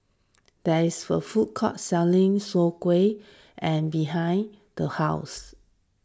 there is a food court selling Soon Kway and behind the house